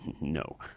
No